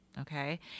okay